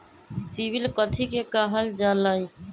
CIBIL कथि के काहल जा लई?